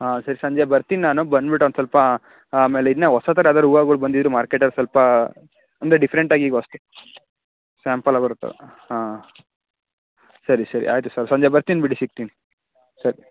ಹಾಂ ಸರಿ ಸಂಜೆ ಬರ್ತೀನಿ ನಾನು ಬಂದ್ಬಿಟ್ಟು ಒಂದು ಸ್ವಲ್ಪ ಆಮೇಲೆ ಇನ್ನೂ ಹೊಸ ಥರದ ಯಾವ್ದಾದ್ರೂ ಹೂವುಗಳು ಬಂದಿದ್ದರೆ ಮಾರ್ಕೆಟಲ್ಲಿ ಸ್ವಲ್ಪ ಅಂದರೆ ಡಿಫರೆಂಟಾಗಿ ಈಗ ಹೊಸದು ಸ್ಯಾಂಪಲ್ ಬರುತ್ತಲ್ಲ ಹಾಂ ಸರಿ ಸರಿ ಆಯಿತು ಸರ್ ಸಂಜೆ ಬರ್ತೀನಿ ಬಿಡಿ ಸಿಗ್ತೀನಿ ಸರಿ